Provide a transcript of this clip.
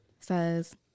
says